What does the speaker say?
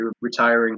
retiring